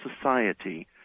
society